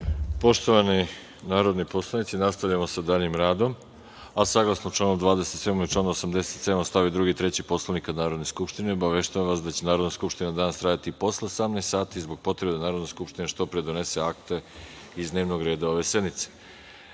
Poštovani narodni poslanici, nastavljamo sa daljim radom. Saglasno članu 27. i članu 87. stav 2. i 3. Poslovnika Narodne skupštine, obaveštavam vas da će Narodna skupština danas raditi i posle 18.00 časova zbog potrebe da Narodna skupština što pre donese akte iz dnevnog reda ove sednice. Reč